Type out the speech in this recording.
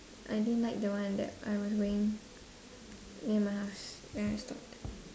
I didn't like the one that I was going near my house then I stopped